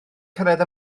cyrraedd